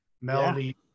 Melody